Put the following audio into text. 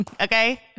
okay